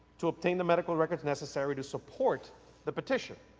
to obtain the medical records necessary to support the petition.